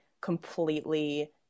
completely